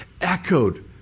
echoed